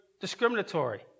discriminatory